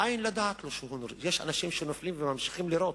מאין לדעת, יש אנשים שנופלים וממשיכים לירות.